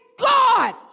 God